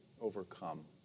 overcome